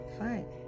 fine